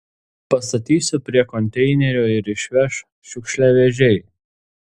pastatysiu prie konteinerio ir išveš šiukšliavežiai